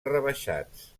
rebaixats